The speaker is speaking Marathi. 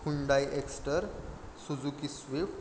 Hyundai Exter Suzuki Swift